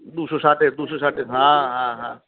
দুশো ষাটে দুশো ষাটে হ্যাঁ হ্যাঁ হ্যাঁ